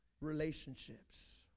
relationships